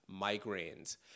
migraines